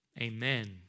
amen